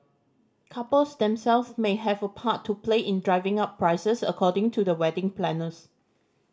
couples themselves may have a part to play in driving up prices according to the wedding planners